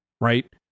right